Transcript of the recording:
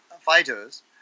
fighters